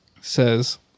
says